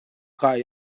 kah